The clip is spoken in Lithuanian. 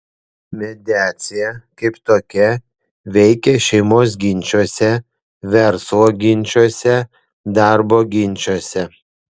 mediacija kaip tokia veikia šeimos ginčuose verslo ginčuose darbo ginčuose